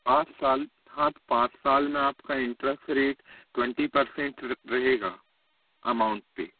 पाँच साल हाँ तो पाँच साल में आपका इंटरस्ट रेट ट्वेन्टी परसेंट रहेगा अमाउंट पे